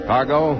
Cargo